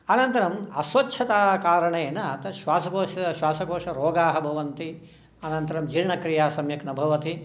अनन्तरम् अस्वच्छताकारणेन अतः श्वाषकोशरोगाः भवन्ति अनन्तरं जीर्णक्रीया सम्यक् न भवति